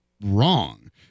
wrong